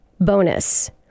bonus